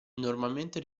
normalmente